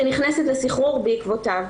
שנכנסת לסחרור בעקבותיו.